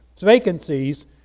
vacancies